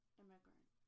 immigrant